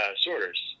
sorters